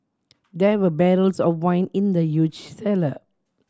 there were barrels of wine in the huge cellar